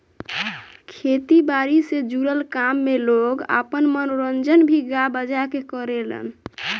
खेती बारी से जुड़ल काम में लोग आपन मनोरंजन भी गा बजा के करेलेन